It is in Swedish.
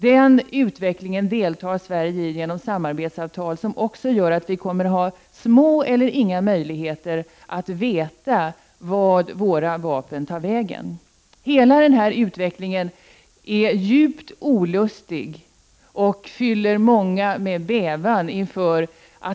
Den utvecklingen deltar Sverige i genom samarbetsavtal som också gör att vi kommer att ha små eller inga möjligheter att veta vart våra vapen tar vägen. Hela den här utvecklingen är djupt olustig och fyller många med bävan.